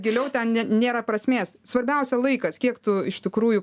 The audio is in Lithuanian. giliau ten ne nėra prasmės svarbiausia laikas kiek tu iš tikrųjų